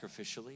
sacrificially